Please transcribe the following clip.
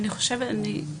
אני חושבת שבימים הקרובים.